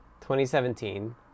2017